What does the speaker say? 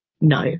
no